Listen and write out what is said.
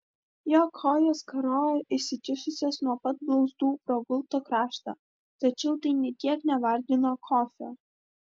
jo kojos karojo išsikišusios nuo pat blauzdų pro gulto kraštą tačiau tai nė kiek nevargino kofio